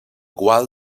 gual